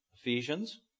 Ephesians